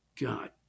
God